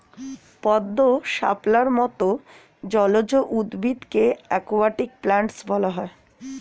পদ্ম, শাপলার মত জলজ উদ্ভিদকে অ্যাকোয়াটিক প্ল্যান্টস বলা হয়